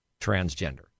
transgender